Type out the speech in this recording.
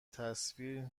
تصویر